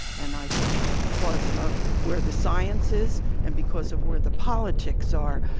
and i think because of where the science is and because of where the politics are,